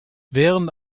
während